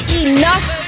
enough